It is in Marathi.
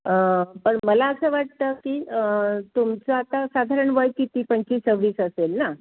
पण मला असं वाटतं की तुमचं आता साधारण वय किती पंचवीस सव्वीस असेल ना